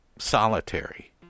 solitary